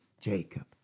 Jacob